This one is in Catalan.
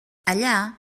allà